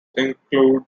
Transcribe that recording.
include